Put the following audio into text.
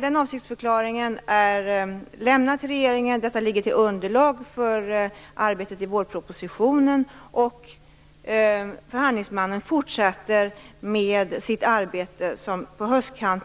Den avsiktsförklaringen är lämnad till regeringen. Den ligger till underlag för arbetet med vårpropositionen. Förhandlingsmannen fortsätter med sitt arbete.